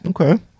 Okay